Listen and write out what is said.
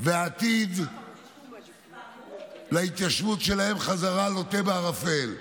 ועתיד ההתיישבות שלהם בחזרה לוט בערפל.